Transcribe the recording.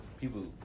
people